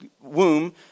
womb